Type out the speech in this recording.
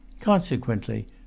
consequently